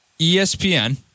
ESPN